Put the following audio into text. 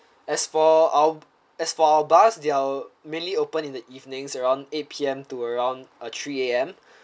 as for our as for our bus there are mainly opened in the evening around eight P_M to around uh three A_M